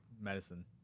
medicine